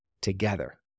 together